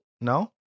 No